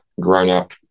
grown-up